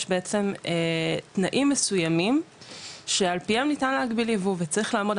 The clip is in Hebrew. יש בעצם תנאים מסוימים שעל פיהם ניתן להגביל ייבוא וצריך לעמוד,